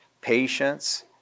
patience